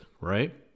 right